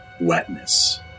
wetness